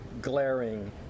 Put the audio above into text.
glaring